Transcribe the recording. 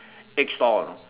egg store you know